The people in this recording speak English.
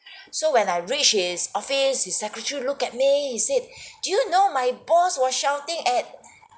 so when I reached his office his secretary look at me he said do you know my boss was shouting at